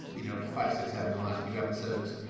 you know, five, six have in the last few episodes,